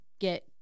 get